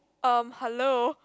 erm hello